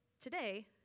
Today